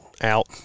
out